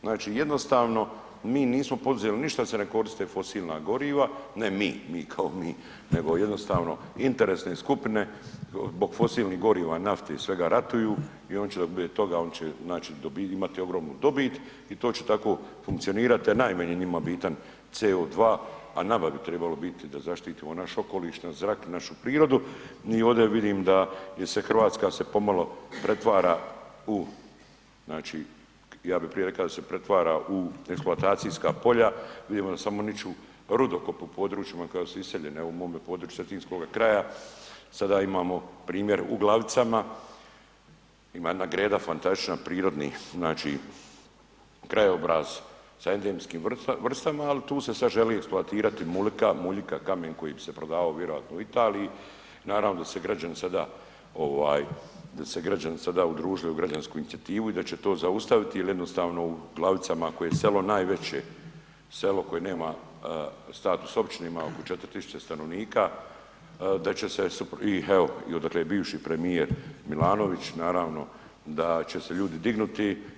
Znači jednostavno mi nismo poduzeli, ništa se ne koriste fosilna goriva, ne mi kao mi, nego jednostavno interesne skupine zbog fosilnih goriva i nafte i svega ratuju ... oni će znači imati ogromnu dobit i to će tako funkcionirat a najmanje je njima bitan CO2 a nama bi trebalo biti da zaštitimo naš okoliš, naš zrak i našu prirodu i ovdje vidim da se Hrvatska pomalo pretvara u ja bi prije rekao da se pretvara u eksploatacijska polja, vidimo da samo niču rudokopi u područjima koja su iseljena, evo u mome području cetinskog kraja sada imamo primjer u Glavicama, ima jedna greda fantastična, prirodni krajobraz sa endemskim vrstama, al tu se sad želi eksploatirati muljika, kamen koji bi se prodavao vjerojatno u Italiji, naravno da su se građani sada ovaj da su se građani sada udružili u građansku inicijativu i da će to zaustaviti jel jednostavno u Glavicama koje je selo najveće, selo koje nema status općine ima oko 4.000 stanovnika da će se i evo odakle je bivši premijer Milanović, naravno da će se ljudi dignuti.